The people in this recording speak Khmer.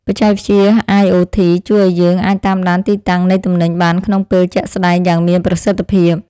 បច្ចេកវិទ្យាអាយអូធីជួយឱ្យយើងអាចតាមដានទីតាំងនៃទំនិញបានក្នុងពេលជាក់ស្តែងយ៉ាងមានប្រសិទ្ធភាព។